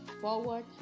Forward